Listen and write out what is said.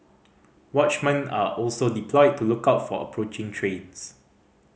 watchmen are also deployed to look out for approaching trains